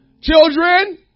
Children